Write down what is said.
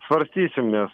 svarstysim nes